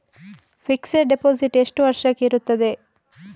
Fixed deposit ಎಷ್ಟು ವರ್ಷಕ್ಕೆ ಇರುತ್ತದೆ?